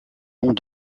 ont